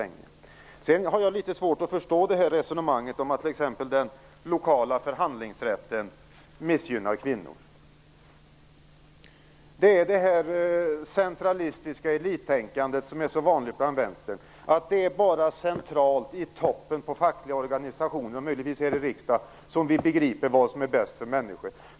Jag har litet svårt att förstå resonemanget om att t.ex. den lokala förhandlingsrätten missgynnar kvinnor. Detta centralistiska elittänkande är mycket vanligt hos Vänstern. Det är bara centralt, i toppen på de fackliga organisationerna och möjligen också här i riksdagen som man begriper vad som är bäst för människor.